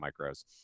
micros